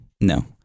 No